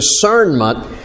discernment